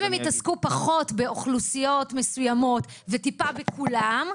אם הם יתעסקו פחות באוכלוסיות מסוימות וטיפה בכולם,